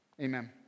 amen